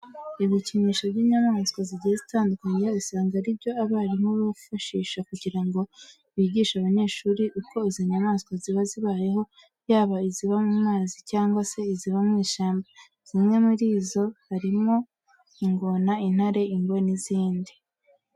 Ibikinisho by'inyamaswa zigiye zitandukanye, usanga ari byo abarimu bifashisha kugira ngo bigishe abanyeshuri uko izo nyamaswa ziba zibayeho, yaba iziba mu mazi cyangwa se iziba mu ishyamba. Zimwe muri zo harimo harimo ingona, intare ingwe n'izindi.